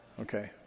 Okay